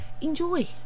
Enjoy